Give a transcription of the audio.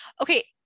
Okay